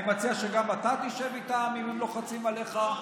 אני מציע שגם אתה תשב איתם, אם הם לוחצים עליך.